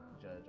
judge